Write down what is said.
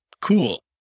Cool